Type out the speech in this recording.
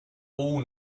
all